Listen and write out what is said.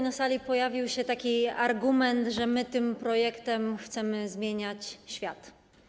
Na sali pojawił się taki argument, że my tym projektem chcemy zmieniać świat.